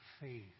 faith